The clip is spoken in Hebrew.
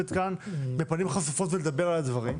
כאן בפנים חשופות ולדבר על הדברים.